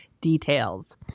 details